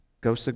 go